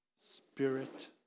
spirit